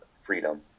freedom